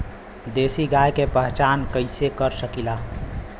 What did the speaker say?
देशी गाय के पहचान कइसे कर सकीला?